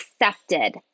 accepted